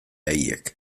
haiek